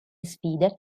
sfide